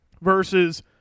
versus